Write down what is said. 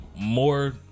more